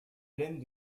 lemme